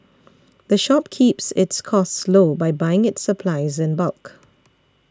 the shop keeps its costs low by buying its supplies in bulk